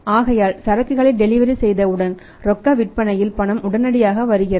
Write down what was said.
ஆகையால்சரக்குகளை delivery செய்த உடன் ரொக்க விற்பனையில் பணம் உடனடியாக வருகிறது